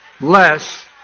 Less